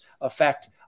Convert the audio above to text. effect